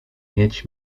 mieć